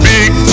Big